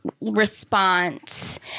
response